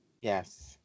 Yes